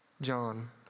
John